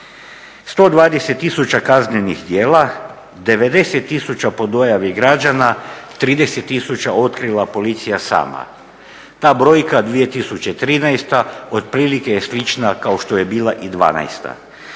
120 tisuća kaznenih djela, 90 tisuća po dojavi građana 30 tisuća otkriva policija sama. Ta brojka 2013.otprilike je slična kao što je bila i 2012.